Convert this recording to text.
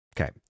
Okay